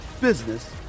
business